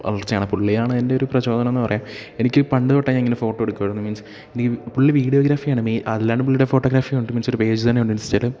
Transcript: വളർച്ചയാണ് പുള്ളിയാണ് എൻറ്റെയൊരു പ്രചോദനം എന്നു പറയാം എനിക്ക് പണ്ടു തൊട്ടേ ഞാനിങ്ങനെ ഫോട്ടോ എടുക്കുമായിരുന്നു മീൻസ് പുള്ളി വീഡിയോഗ്രാഫിയാണ് മെയിൻ അല്ലാണ്ട് പുള്ളിയുടെ ഫോട്ടോഗ്രഫി കൊണ്ട് ഇൻസ്റ്റയിൽ പേജ് തന്നെയുണ്ട് ഇൻസ്റ്റയിൽ